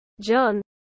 John